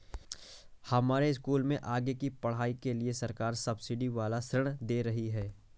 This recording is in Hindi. हमारे स्कूल में आगे की पढ़ाई के लिए सरकार सब्सिडी वाला ऋण दे रही है